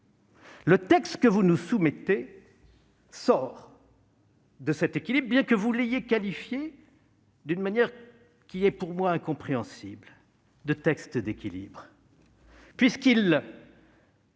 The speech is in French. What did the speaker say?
Le texte que vous nous soumettez sort de cet équilibre, bien que vous l'ayez qualifié, d'une manière à mes yeux incompréhensible, de « texte d'équilibre